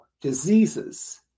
diseases